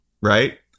right